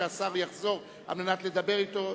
שהשר יחזור על מנת לדבר אתו,